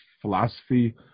philosophy